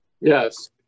Yes